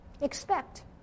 expect